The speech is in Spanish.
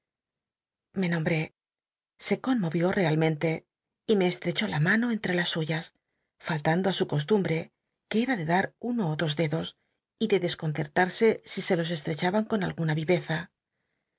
me nombré se conmovió realmente y me estrechó la mano cnti'c las suyas faltando i su costumbrc que cra de dar uno ó dos dedos y dcsconccrtarsc si se los cstrccbaban con alguna